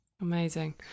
Amazing